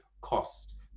cost